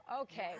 okay